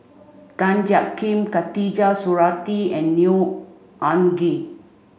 Tan Jiak Kim Khatijah Surattee and Neo Anngee